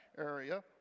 area